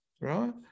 right